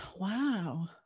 wow